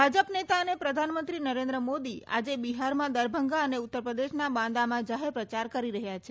ભાજપ નેતા અને પ્રધાનમંત્રી શ્રી નરેન્દ્ર મોદી આજે બિહારમાં દરભંગા અને ઉત્તરપ્રદેશના બાંદામાં જાહેરપ્રચાર કરી રહ્યા છે